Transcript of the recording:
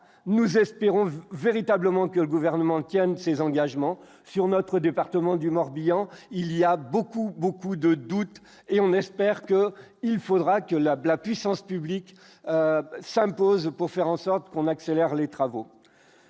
nous espérons véritablement que le gouvernement tienne ses engagements sur notre département du Morbihan, il y a beaucoup beaucoup de doutes et on espère que, il faudra que la la puissance publique, ça me pose pour faire en sorte qu'on accélère les travaux,